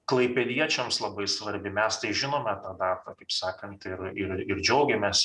klaipėdiečiams labai svarbi mes tai žinome tą datą kaip sakant ir ir ir džiaugiamės